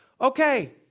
Okay